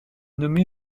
nommée